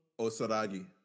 Osaragi